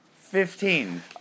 fifteen